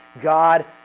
God